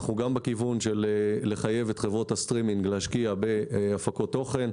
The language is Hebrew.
אנחנו גם בכיוון של חיוב חברות הסטרימינג להשקיע בהפקות תוכן.